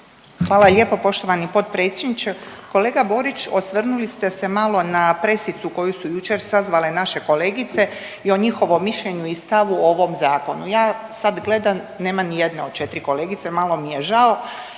Hvala lijepo poštovani potpredsjedniče. Kolega Borić osvrnuli ste se malo na pressicu koju su jučer sazvale naše kolegice i o njihovom mišljenju i stavu o ovom zakonu. Ja sad gledam nema ni jedne od četiri kolegice, malo mi je žao